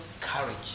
courage